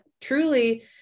truly